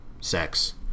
sex